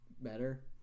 better